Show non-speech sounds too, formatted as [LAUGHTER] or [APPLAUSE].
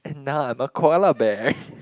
and now I'm a koala bear [LAUGHS]